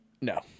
No